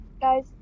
Guys